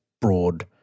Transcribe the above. broad